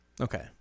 Okay